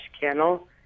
kennel